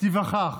תיווכח